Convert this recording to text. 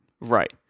Right